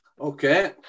Okay